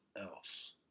else